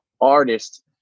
artist